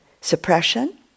suppression